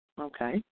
Okay